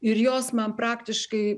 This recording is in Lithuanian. ir jos man praktiškai